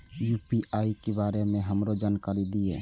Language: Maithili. यू.पी.आई के बारे में हमरो जानकारी दीय?